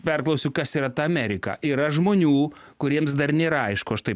perklausiu kas yra ta amerika yra žmonių kuriems dar nėra aišku aš taip